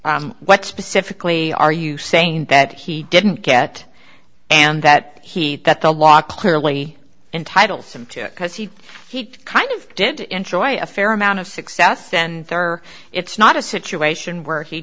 favor what specifically are you saying that he didn't get and that he that the law clearly entitles him to because he he kind of dead to enjoy a fair amount of success then fair it's not a situation where he